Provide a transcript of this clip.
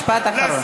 משפט אחרון.